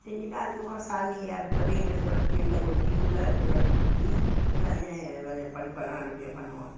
செஞ்சுட்டு அதுக்கப்புறம் சாமி இடத்துல போய் ரெண்டு விளக்கு வெளில கொளுத்தி உள்ளே ரெண்டு விளக்கு கொளுத்தி எல்லாம் வழிபாட்லாம் நல்லபடியாக பண்ணுவோம்